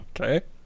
Okay